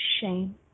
shame